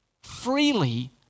freely